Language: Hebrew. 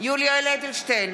יולי יואל אדלשטיין,